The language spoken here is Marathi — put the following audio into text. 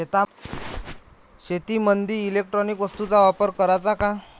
शेतीमंदी इलेक्ट्रॉनिक वस्तूचा वापर कराचा का?